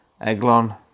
Eglon